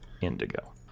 indigo